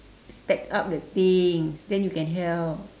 stack up the things then you can help